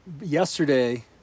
yesterday